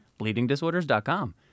bleedingdisorders.com